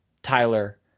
Tyler